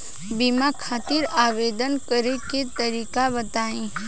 बीमा खातिर आवेदन करे के तरीका बताई?